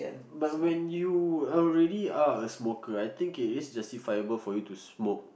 but when you already are a smoker I think it is justifiable for you to smoke